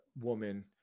woman